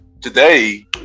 today